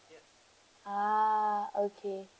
ah okay